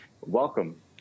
Welcome